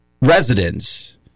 residents